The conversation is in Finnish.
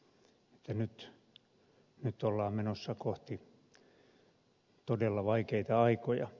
ja nyt ollaan menossa kohti todella vaikeita aikoja